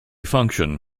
function